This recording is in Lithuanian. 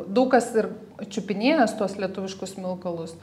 daug kas ir čiupinėjęs tuos lietuviškus smilkalus